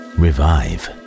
revive